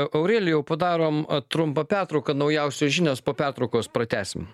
a aurelijau padarom trumpą pertrauką naujausios žinios po pertraukos pratęsim